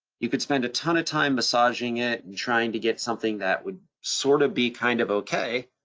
you could spend a ton of time massaging it and trying to get something that would sort of be kind of okay,